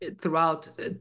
throughout